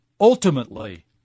ultimately